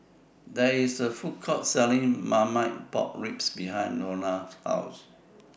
There IS A Food Court Selling Marmite Pork Ribs behind Nora's House